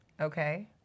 Okay